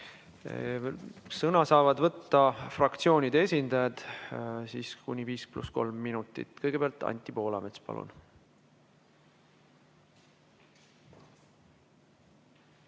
Sõna saavad võtta fraktsioonide esindajad, kuni viis pluss kolm minutit. Kõigepealt Anti Poolamets, palun!